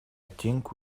think